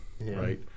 right